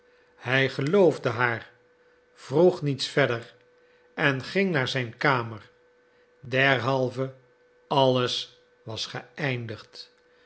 dienstmeisje hij geloofde haar vroeg niets verder en ging naar zijn kamer derhalve alles was geëindigd